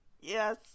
Yes